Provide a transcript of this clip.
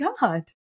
God